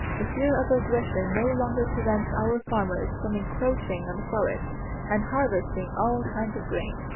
the fear of aggression no longer prevents our farmers from encroaching on the forest and harvesting all kinds of grain,